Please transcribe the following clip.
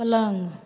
पलङ्ग